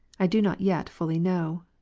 i do not yet fully know.